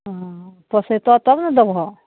हँ पोसैतऽ तब ने देबहक